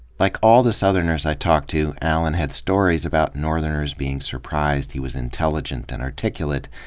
like all the southerners i ta lked to, allan had stories about northerners being surprised he was intelligent and articulate.